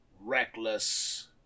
reckless